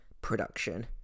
production